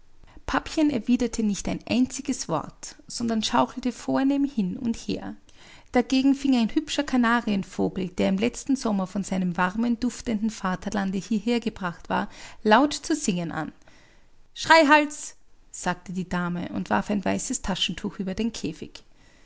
papchen erwiderte nicht ein einziges wort sondern schaukelte vornehm hin und her dagegen fing ein hübscher kanarienvogel der im letzten sommer von seinem warmen duftenden vaterlande hierher gebracht war laut zu singen an schreihals sagte die dame und warf ein weißes taschentuch über den käfig